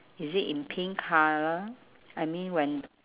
is it in pink colour I mean when